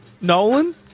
Nolan